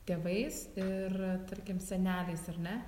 tėvais ir tarkim seneliais ar ne